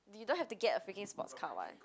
you don't have to get a freaking sports car [what]